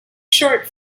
short